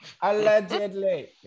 Allegedly